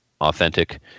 authentic